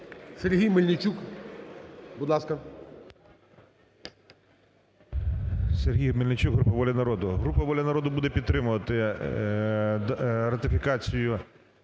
Сергій Мельничук, "Воля народу". Група "Воля народу" буде підтримувати ратифікацію